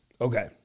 Okay